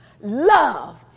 love